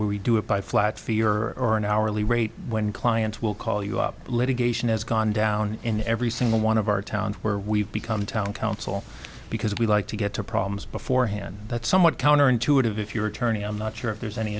we do it by flat fee or an hourly rate when clients will call you up litigation has gone down in every single one of our towns where we've become town council because we like to get to problems beforehand that's somewhat counterintuitive if you're attorney i'm not sure if there's any